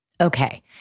Okay